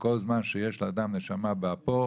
כל זמן שיש לאדם נשמה באפו,